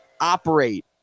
operate